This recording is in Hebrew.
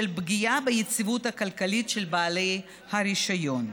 פגיעה ביציבות הכלכלית של בעלי הרישיון.